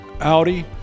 Audi